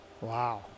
Wow